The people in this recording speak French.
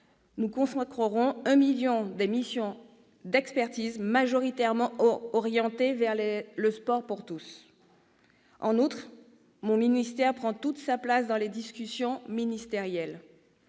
nous consacrerons 1 million d'euros à des missions d'expertise majoritairement orientées vers le sport pour tous. En outre, mon ministère prend toute sa place dans les discussions interministérielles.